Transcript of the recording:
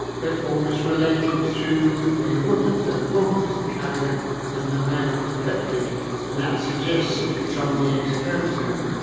but always related through a woman so the woman was the carrier and the male was affected and that suggested it's on the x chromosome.